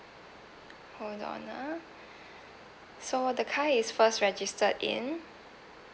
hold on uh so the car is first registered in